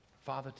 Father